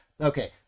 Okay